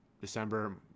December